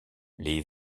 les